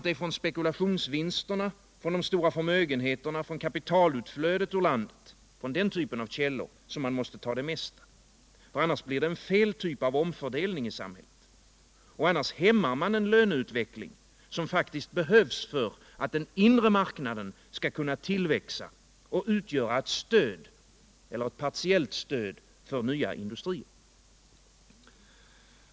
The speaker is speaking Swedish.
Det är från spekulationsvinsterna, från de stora förmögenheterna, från kapitalutflödet ur landet — från den typen av källor — som man måste ta det mesta. Annars blir det en felaktig typ av omfördelning i samhället. Och annars hämmar man en löneutveckling, som faktiskt behövs för att den inre marknaden skall kunna tillväxa och utgöra ett partiellt stöd för nya industrier.